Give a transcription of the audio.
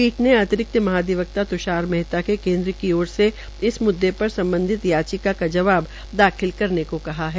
पीठ के अतिरिक्त महाधिवक्ता त्षार मेहता को केन्द्र की आरे से इस मुद्दे पर सम्बधित याचिका का जबाव दाखिल करने को कहा है